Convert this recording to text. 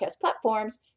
platforms